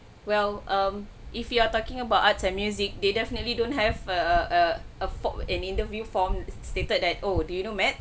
well um if you are talking about arts and music they definitely don't have err err afford an interview form stated that oh do you do math